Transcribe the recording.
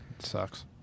sucks